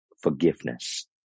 forgiveness